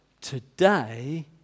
Today